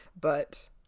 But-